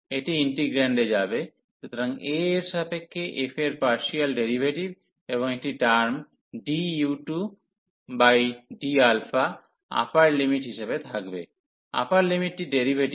এটি ইন্টিগ্রান্ডে যাবে সুতরাং α এর সাপেক্ষে f এর পার্সিয়াল ডেরিভেটিভ এবং একটি টার্ম du2d আপার লিমিট ইিসাবে থাকবে আপার লিমিটটির ডেরিভেটিভ